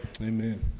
amen